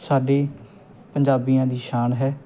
ਸਾਡੀ ਪੰਜਾਬੀਆਂ ਦੀ ਸ਼ਾਨ ਹੈ